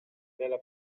della